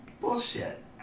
bullshit